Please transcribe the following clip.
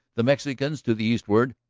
the mexicans to the eastward,